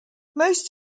most